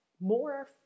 more